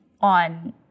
on